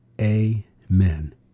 Amen